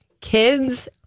kids